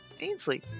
Ainsley